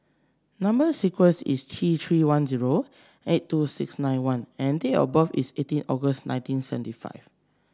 number sequence is T Three one zero eight two six nine one and date of birth is eighteen August nineteen seventy five